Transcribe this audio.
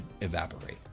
evaporate